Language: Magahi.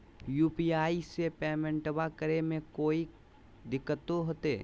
यू.पी.आई से पेमेंटबा करे मे कोइ दिकतो होते?